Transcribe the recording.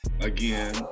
again